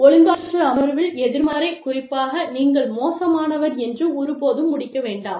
ஒழுங்காற்று அமர்வில் எதிர்மறை குறிப்பாக நீங்கள் மோசமானவர் என்று ஒருபோதும் முடிக்க வேண்டாம்